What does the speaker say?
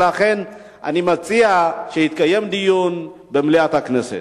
לכן אני מציע שיתקיים דיון במליאת הכנסת.